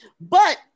But-